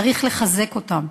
צריך לחזק אותם,